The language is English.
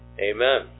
amen